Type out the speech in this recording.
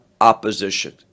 opposition